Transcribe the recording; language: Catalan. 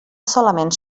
solament